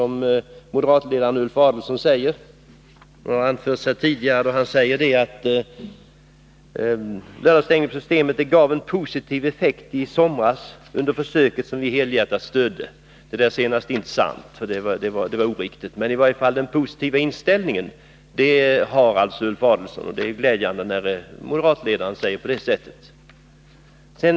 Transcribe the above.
Moderatledaren Ulf Adelsohn säger — det har anförts här tidigare: Lördagsstängningen på Systemet gav en positiv effekt i somras under försöken, som vi helhjärtat stödde. Det sista är inte sant, men det är glädjande att moderatledaren säger att han har en positiv inställning.